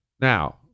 Now